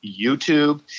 YouTube